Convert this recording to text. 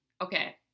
Okay